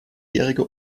jährige